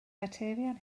materion